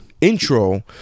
intro